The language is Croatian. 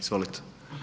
Izvolite.